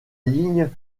ligne